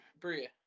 Bria